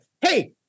Hey